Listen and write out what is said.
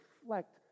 reflect